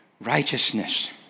righteousness